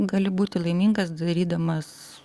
gali būti laimingas darydamas